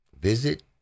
visit